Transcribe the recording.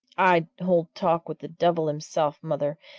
i'd hold talk with the devil himself, mother,